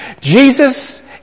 Jesus